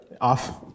Off